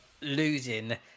losing